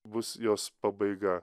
bus jos pabaiga